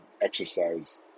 exercise